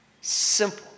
Simple